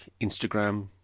Instagram